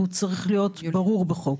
וצריך להיות ברור בחוק.